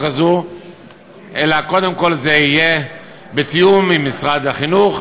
הזאת אלא קודם כול זה יהיה בתיאום עם משרד החינוך,